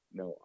no